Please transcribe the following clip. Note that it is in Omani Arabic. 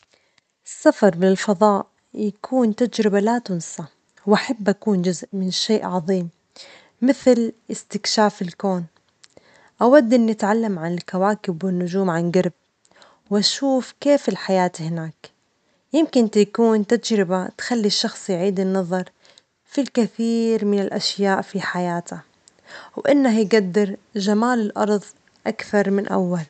السفر للفظاء يكون تجربة لا تُنسى، وأحب أكون جزء من شيء عظيم مثل استكشاف الكون، أود إني أتعلم عن الكواكب والنجوم عن جرب، وأشوف كيف تكون الحياة هناك، يمكن تكون تجربة تجعل الشخص يعيد النظر في الكثير من الأشياء في حياته، وإنه يجدّر جمال الأرظ أكثر من أول.